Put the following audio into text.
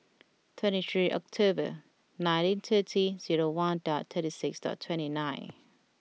twenty three October nineteen thirty zero one dot thirty six dot twenty nine